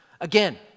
Again